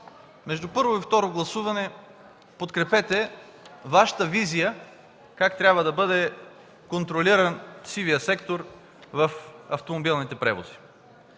между първо и второ гласуване подкрепете Вашата визия как трябва да бъде контролиран сивият сектор в автомобилните превози.